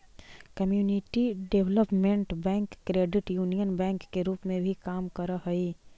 community development bank credit union bank के रूप में भी काम करऽ हइ